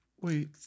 wait